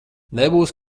nebūs